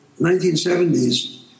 1970s